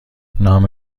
نام